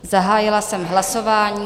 Zahájila jsem hlasování.